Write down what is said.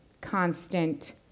constant